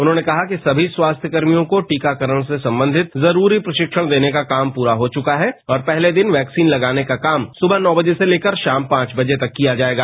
उन्होंने कहा कि सभी स्वास्थ्य कर्मियों को टीकाकरणसे संबंधित जरूरी प्रशिक्षण देने का काम पूरा हो चुका है और पहले दिन वैक्सीन तगानेका काम सुबह नौ बजे से लेकर शाम पांच बजे तक किया जाएगा